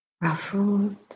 ruffled